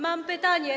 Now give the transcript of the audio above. Mam pytanie.